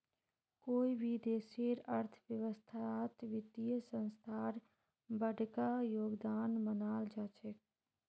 कोई भी देशेर अर्थव्यवस्थात वित्तीय संस्थार बडका योगदान मानाल जा छेक